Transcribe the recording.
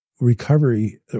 recovery